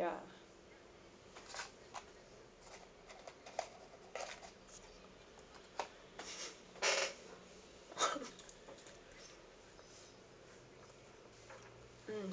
ya mm mm